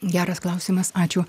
geras klausimas ačiū